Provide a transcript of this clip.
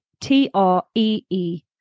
T-R-E-E